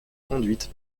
conduite